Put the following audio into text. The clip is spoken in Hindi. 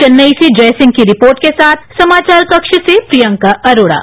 चेन्नई से जयसिंह की रिपोर्ट के साथ समाचार कक्ष से प्रियंका अरोड़ा